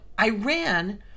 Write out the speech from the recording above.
Iran